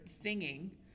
singing